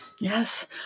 Yes